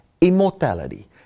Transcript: immortality